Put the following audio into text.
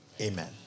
amen